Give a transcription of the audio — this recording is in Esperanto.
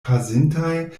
pasintaj